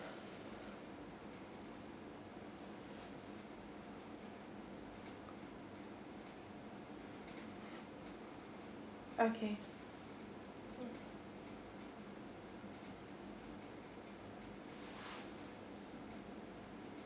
okay mm